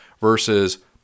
versus